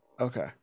Okay